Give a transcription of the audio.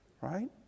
Right